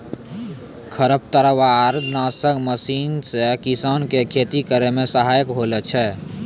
खरपतवार नासक मशीन से किसान के खेती करै मे सहायता होलै छै